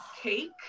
cake